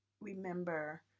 remember